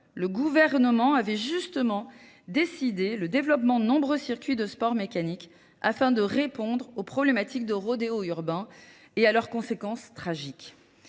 le gouvernement avait justement décidé le développement de nombreux circuits de sports mécaniques afin de répondre aux problématiques de rodéos urbains et à leurs conséquences tragiques.